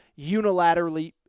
unilaterally